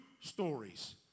stories